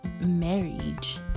marriage